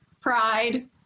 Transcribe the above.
pride